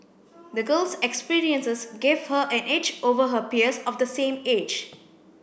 the girl's experiences gave her an edge over her peers of the same age